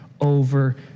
over